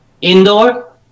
Indoor